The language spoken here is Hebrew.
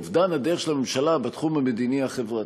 אובדן הדרך של הממשלה בתחום המדיני-חברתי.